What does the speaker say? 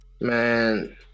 Man